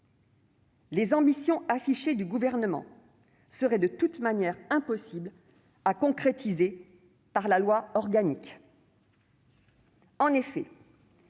Les ambitions affichées du Gouvernement seraient, de toute manière, impossibles à concrétiser par la loi organique.